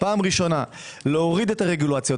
פעם ראשונה להוריד את הרגולציות,